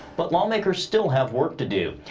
but lawmakers still have work to do.